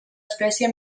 espècie